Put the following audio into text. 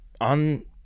on